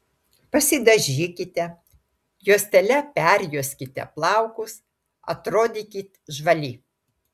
pasidažykite juostele perjuoskite plaukus atrodykit žvali